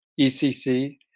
ECC